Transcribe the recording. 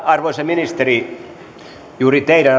arvoisa ministeri juuri teidän